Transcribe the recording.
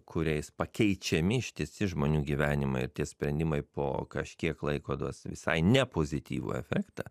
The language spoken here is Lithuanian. kuriais pakeičiami ištisi žmonių gyvenimai ir tie sprendimai po kažkiek laiko duos visai nepozityvų efektą